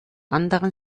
anderen